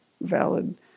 valid